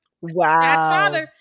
wow